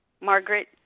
Margaret